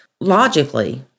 logically